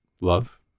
love